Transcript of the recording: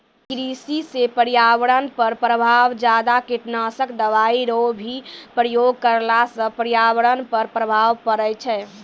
कृषि से पर्यावरण पर प्रभाव ज्यादा कीटनाशक दवाई रो भी उपयोग करला से पर्यावरण पर प्रभाव पड़ै छै